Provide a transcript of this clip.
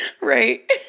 right